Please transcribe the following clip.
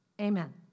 Amen